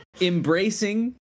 embracing